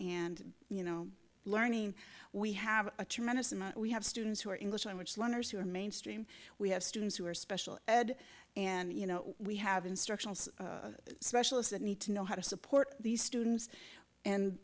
and you know learning we have a tremendous amount we have students who are english language learners who are mainstream we have students who are special ed and you know we have instructional specialists that need to know how to support these students and